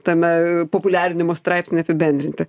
tame populiarinimo straipsny apibendrinti